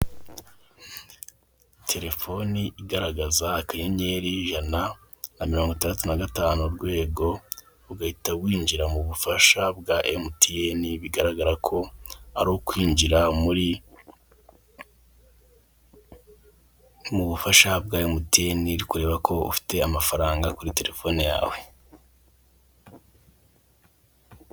Terefone igaragaza akanyenyeri ijana na mirongo itaratu na gatanu urwego ugahita winjira muri mu bufasha bwa emutiyeni bigaragara ko ari ukwinjira muri mu bufasha bwa emutiyeni uri kureba ko ufite amafaranga kuri terefone yawe.